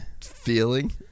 feeling